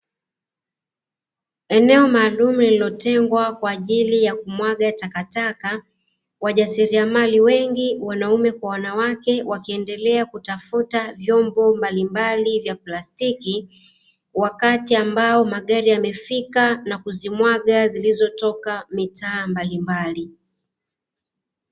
Eneo maalumu lililotengwa kwa ajili ya kumwaga takataka, wajasiliamali wengi wanaume kwa wanawake wakiendelea kutafuta vyombo mbalimbali vya plastiki wakati ambao magari yamefika na kuzimwaga zilizotoka mitaa mbalimbali.